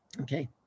okay